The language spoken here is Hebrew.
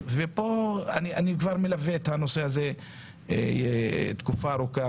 אני מלווה את הנושא הזה תקופה ארוכה,